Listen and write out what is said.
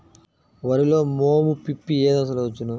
వరిలో మోము పిప్పి ఏ దశలో వచ్చును?